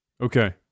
Okay